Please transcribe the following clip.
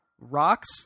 rocks